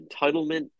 entitlement